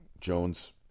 Jones